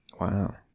Wow